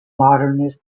modernist